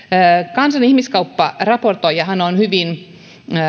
kansallinen ihmiskaupparaportoijahan on hyvin